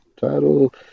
title